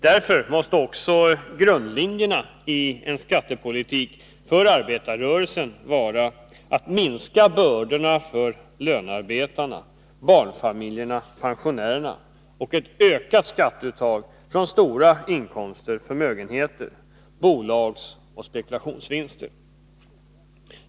Därför måste också grundlinjerna i en skattepolitik för arbetarrörelsen vara att minska bördorna för lönearbetarna, barnfamiljerna och pensionärerna samt öka skatteuttaget beträffande stora inkomster och förmögenheter, bolagsoch spekulationsvinster.